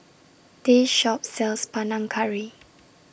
This Shop sells Panang Curry